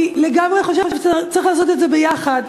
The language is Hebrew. אני לגמרי חושבת שצריך לעשות את זה יחד,